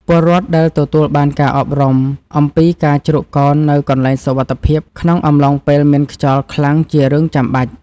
ពលរដ្ឋដែលទទួលបានការអប់រំអំពីការជ្រកកោននៅកន្លែងសុវត្ថិភាពក្នុងអំឡុងពេលមានខ្យល់ខ្លាំងជារឿងចាំបាច់។